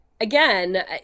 again